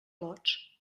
lots